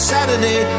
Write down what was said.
Saturday